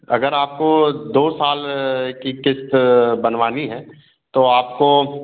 अगर आपको दो साल की क़िस्त बनवानी है तो आपको